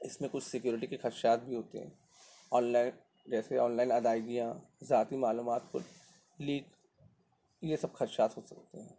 اس میں کچھ سیکیوریٹی کے خدشات بھی ہوتے ہیں آن لائن جیسے آن لائن ادائیگیاں ذاتی معلومات کو لیک یہ سب خدشات ہو سکتے ہیں